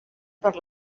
per